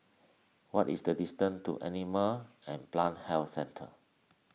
what is the distance to Animal and Plant Health Centre